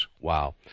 wow